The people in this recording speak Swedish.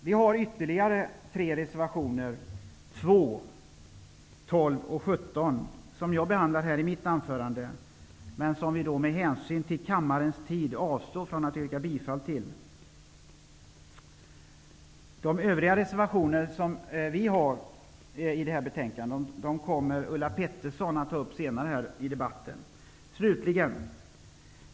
Vi har ytterligare tre reservationer -- 2, 12 och 17. Jag behandlar dem här i mitt anförande, man av hänsyn till kammarens tid avstår jag från att yrka bifall till dem. De övriga reservationerna vi har fogat till betänkandet kommer Ulla Pettersson att ta upp senare i debatten.